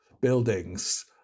buildings